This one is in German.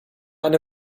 eine